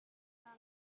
naa